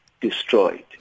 destroyed